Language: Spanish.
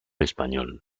español